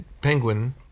Penguin